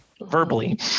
verbally